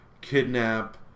kidnap